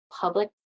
public